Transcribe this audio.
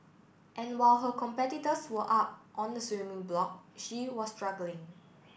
and while her competitors were up on the swimming block she was struggling